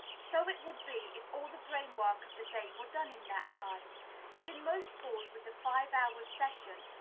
so it would be, if all the brain-work of the day were done in that time but in most schools with the five-hours session,